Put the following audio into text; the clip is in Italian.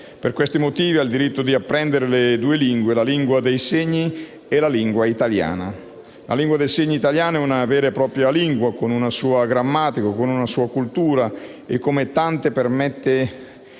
i bambini sordi hanno diritto di apprendere le due lingue: la lingua dei segni e la lingua italiana. La lingua dei segni italiana è una vera e propria lingua, con una sua grammatica e una sua cultura e, come tante, permette